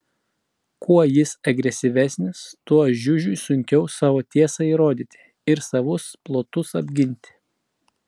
kuo jis agresyvesnis tuo žiužiui sunkiau savo tiesą įrodyti ir savus plotus apginti